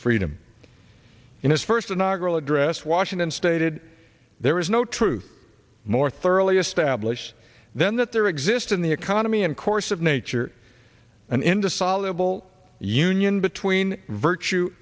freedom in his first inaugural address washington stated there is no truth more thoroughly established then that there exist in the economy and course of nature and indissoluble union between virtue